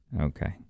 Okay